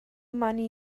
money